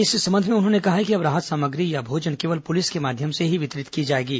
इस संबंध में उन्होंने कहा है कि अब राहत सामग्री या भोजन केवल पुलिस के माध्यम से ही वितरित की जाएंगी